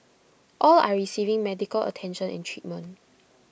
all are receiving medical attention and treatment